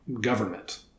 government